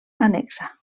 annexa